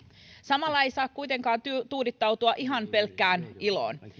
samalla ei saa kuitenkaan tuudittautua ihan pelkkään iloon